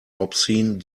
obscene